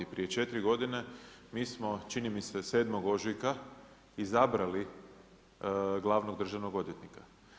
Prije 4 godine mi smo čini mi se 7. ožujka izabrali glavnog državnog odvjetnika.